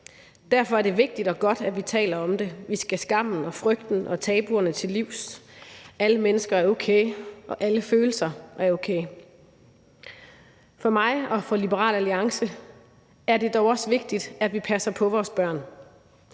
Derfor er det vigtigt og godt, at vi taler om det. Vi skal skammen og frygten og tabuerne til livs. Alle mennesker er okay, og alle følelser er okay. For mig og for Liberal Alliance er det dog også vigtigt, at vi passer på vores børn.